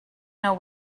know